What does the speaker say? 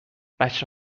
بچه